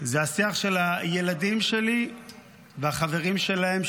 זה השיח של הילדים שלי והחברים שלהם,